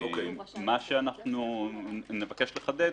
מה שנבקש לחדד,